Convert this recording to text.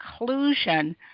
inclusion